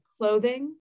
clothing